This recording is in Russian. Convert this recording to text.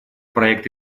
проект